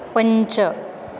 पञ्च